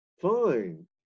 fine